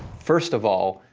first of all,